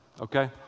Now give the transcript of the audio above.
okay